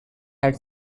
had